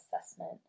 assessment